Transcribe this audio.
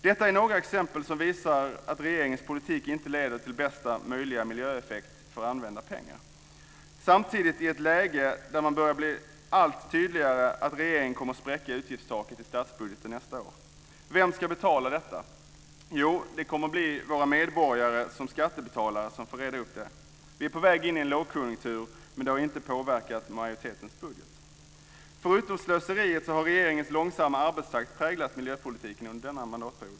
Detta är några exempel av många som visar att regeringens politik inte leder till bästa möjliga miljöeffekt för använda pengar. Samtidigt har vi ett läge där det börjar bli allt tydligare att regeringen kommer att spräcka utgiftstaket i statsbudgeten under nästa år. Vem ska betala detta? Jo, det kommer att bli våra medborgare och skattebetalare som får reda upp det. Vi är på väg in i en lågkonjunktur, men det har inte påverkat majoritetens budget. Förutom slöseriet har regeringens långsamma arbetstakt präglat miljöpolitiken denna mandatperiod.